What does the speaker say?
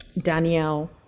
Danielle